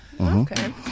Okay